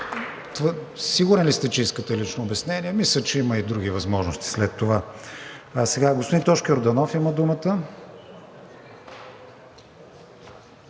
сигурен ли сте, че искате лично обяснение. Мисля, че има и други възможности след това. Господин Тошко Йорданов има думата,